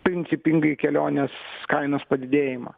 principingai kelionės kainos padidėjimą